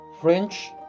French